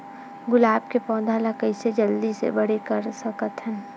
गुलाब के पौधा ल कइसे जल्दी से बड़े कर सकथन?